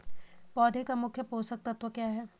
पौधें का मुख्य पोषक तत्व क्या है?